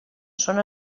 són